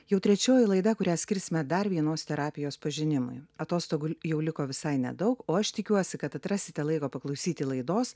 jau trečioji laida kurią skirsime dar vienos terapijos pažinimui atostogų li jau liko visai nedaug o aš tikiuosi kad atrasite laiko paklausyti laidos